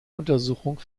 untersuchung